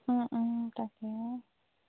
তাকে